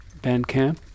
Bandcamp